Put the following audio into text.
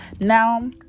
Now